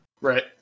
Right